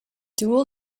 dual